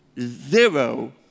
zero